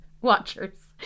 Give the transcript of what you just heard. watchers